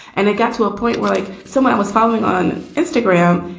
and it got to a point where, like someone i was following on instagram,